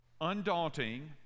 undaunting